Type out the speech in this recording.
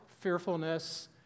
fearfulness